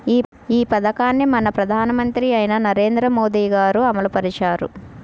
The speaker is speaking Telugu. ఈ పథకాన్ని మన ప్రధానమంత్రి అయిన నరేంద్ర మోదీ గారు అమలు పరిచారు